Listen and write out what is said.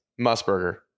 Musburger